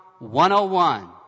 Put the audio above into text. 101